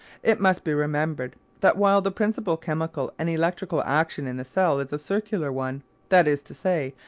it must be remembered that while the principal chemical and electrical action in the cell is a circular one that is to say,